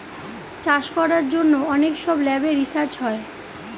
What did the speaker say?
চাষ করার জন্য অনেক সব ল্যাবে রিসার্চ হয়